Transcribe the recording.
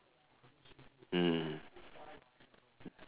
mm